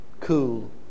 cool